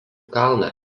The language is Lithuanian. kalną